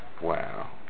Wow